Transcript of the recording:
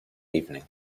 evening